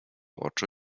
oczu